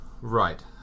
Right